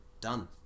done